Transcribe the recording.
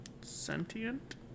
Sentient